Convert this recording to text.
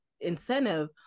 incentive